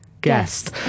guest